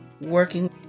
working